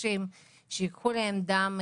אנחנו רוצים בפקודה הזאת לאפשר לאנשים אחרים,